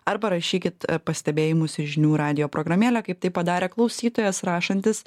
arba rašykit pastebėjimus į žinių radijo programėlę kaip tai padarė klausytojas rašantis